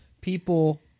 people